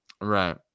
Right